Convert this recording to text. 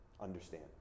Understand